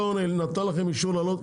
עכשיו רשות שוק ההון נתנה לכם אישור לעלות,